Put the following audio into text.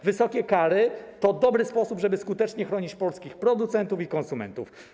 Wysokie kary to dobry sposób, żeby skutecznie chronić polskich producentów i konsumentów.